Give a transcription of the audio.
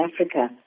Africa